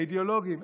האידיאולוגיים,